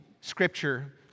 Scripture